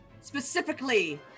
specifically